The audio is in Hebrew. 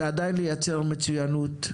ועדיין מייצרים מצוינות.